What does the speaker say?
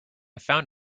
found